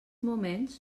moments